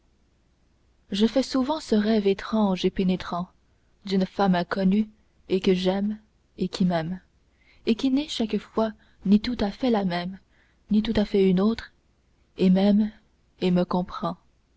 je fais souvent ce rêve étrange et pénétrant d'une femme inconnue et que j'aime et qui m'aime et qui n'est chaque fois ni tout à fait la même ni tout à fait une autre et m'aime et me comprend